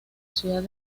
ciudad